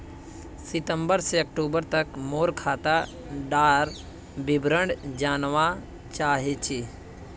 सितंबर से अक्टूबर तक मोर खाता डार विवरण जानवा चाहची?